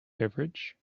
beverage